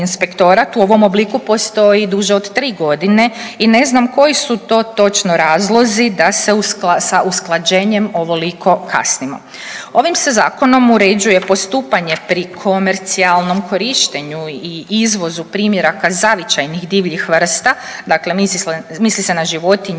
u ovom obliku postoji duže od 3.g. i ne znam koji su to točno razlozi da sa usklađenjem ovoliko kasnimo. Ovim se zakonom uređuje postupanje pri komercijalnom korištenju i izvozu primjeraka zavičajnih divljih vrsta, dakle misli se na životinje,